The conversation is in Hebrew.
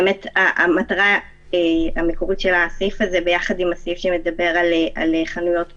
המטרה המקורית של הסעיף הזה יחד עם הסעיף שמדבר על חנויות מזון,